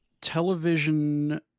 Television